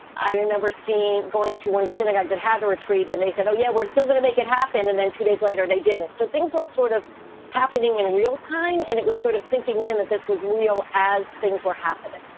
i remember seeing going to one of the synagogues that had to retreat and they said, oh yeah, we're still going to make it happen. and then two days later they did it. so things were sort of happening in real time and it was sort of sinking in that this was real. as things were happening